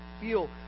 feel